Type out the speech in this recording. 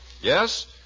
Yes